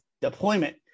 deployment